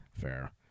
Fair